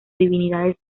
divinidades